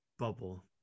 Bubble